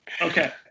okay